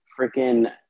freaking